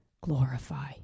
glorify